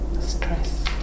stress